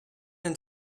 and